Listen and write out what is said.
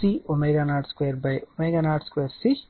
LC ω02 ω02 C